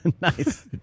nice